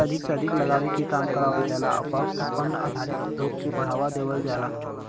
वन के अधिक से अधिक लगावे के काम करावल जाला आउर वन आधारित उद्योग के बढ़ावा देवल जाला